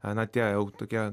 na tie jau tokie